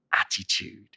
attitude